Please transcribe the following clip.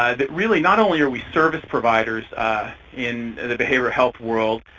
ah that really not only are we service providers in the behavioral health world,